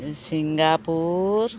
Singapore